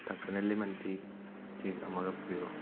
ꯊꯛꯄꯅ lemon tea lemon tea ꯑꯃꯒ ꯄꯤꯕꯤꯔꯛꯑꯣ